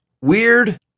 weird